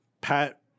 Pat